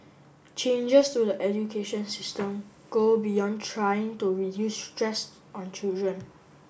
changes to the education system go beyond trying to reduce stress on children